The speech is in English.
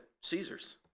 Caesar's